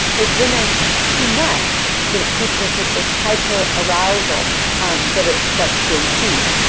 it's when there is too much that it keeps us at this hyper arousal that it starts to impede.